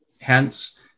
hence